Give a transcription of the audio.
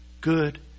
Good